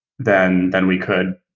than than we could.